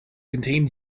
contain